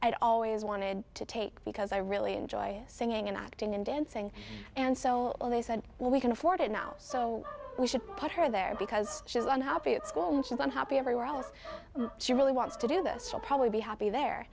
i'd always wanted to take because i really enjoy singing and acting and dancing and so on they said well we can afford it now so we should put her there because she's unhappy at school much and i'm happy everywhere else she really wants to do this will probably be happy there